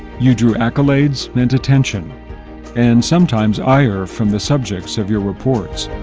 you drew accolades and attention and sometimes ire from the subjects of your reports,